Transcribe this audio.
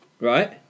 Right